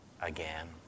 again